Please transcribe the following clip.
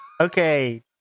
Okay